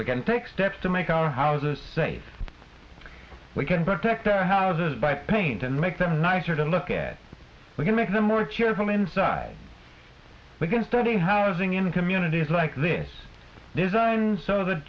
we can take steps to make our houses safe we can protect our houses by paint and make them nicer to look at we can make them more cheerful inside we can study housing in communities like this they so the